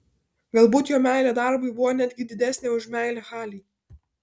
galbūt jo meilė darbui buvo netgi didesnė už meilę halei